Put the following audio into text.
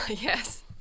Yes